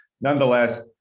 nonetheless